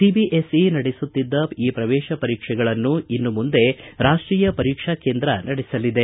CBSE ನಡೆಸುತ್ತಿದ್ದ ಈ ಪ್ರವೇಶ ಪರೀಕ್ಷೆಗಳನ್ನು ಇನ್ನು ಮುಂದೆ ರಾಷ್ಟೀಯ ಪರೀಕ್ಷಾ ಕೇಂದ್ರ ನಡೆಸಲಿದೆ